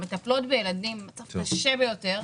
הן מטפלות בילדים במצב קשה ביותר,